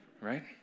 right